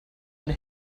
eine